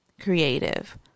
creative